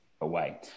away